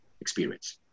experience